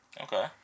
Okay